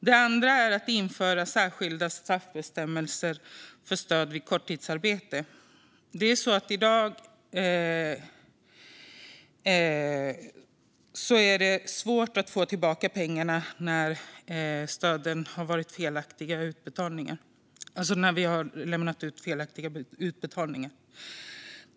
Det andra är att införa särskilda straffbestämmelser för stöd vid korttidsarbete. I dag är det svårt att få tillbaka pengar som betalats ut felaktigt.